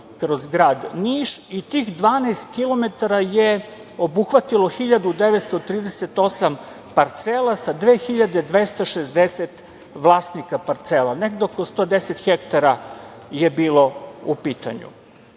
kroz grad Niš i tih 12 kilometara je obuhvatilo 1.938 parcela sa 2.260 vlasnika parcela, negde oko 110 hektara je bilo u pitanju.